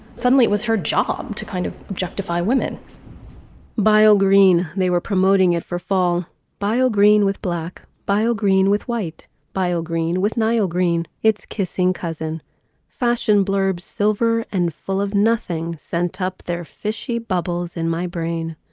suddenly it was her job to kind of justify women bio green. they were promoting it for fall bio green with black bio green with white bio green with niall green it's kissing cousin fashion blurbs silver and full of nothing. sent up their fishy bubbles in my brain.